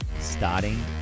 starting